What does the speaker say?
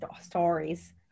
stories